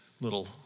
little